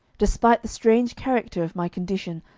despite the strange character of my condition,